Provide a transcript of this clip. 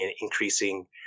increasing